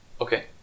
Okay